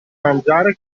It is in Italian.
mangiare